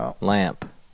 Lamp